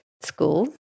school